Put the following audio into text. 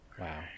Wow